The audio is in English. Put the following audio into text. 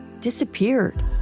disappeared